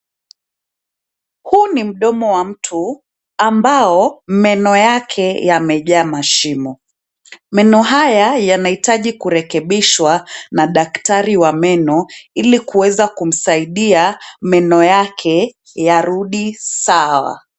Huu ni mdomo wa mtu, ambao, meno yake yamejaa mashimo. Meno haya yanahitaji kurekebishwa, na daktari wa meno, ilikuweza kumsaidia, meno yake, yarudi, sawa.